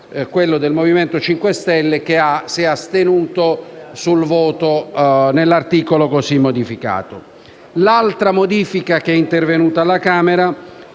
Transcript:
quello del Movimento 5 Stelle, che si è astenuto sul voto dell'articolo così modificato. L'altra modifica intervenuta alla Camera